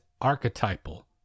archetypal